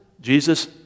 Jesus